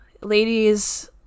ladies